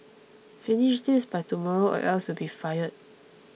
finish this by tomorrow or else you'll be fired